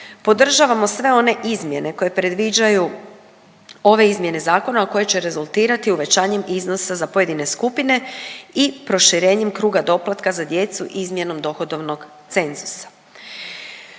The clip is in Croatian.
podržavamo sve one izmjene koje predviđaju ove izmjene zakona, a koje će rezultirati uvećanjem iznosa za pojedine skupine i proširenjem kruga doplatka za djecu izmjenom dohodovnog cenzusa.